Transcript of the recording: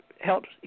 helps